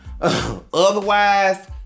Otherwise